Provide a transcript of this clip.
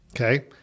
Okay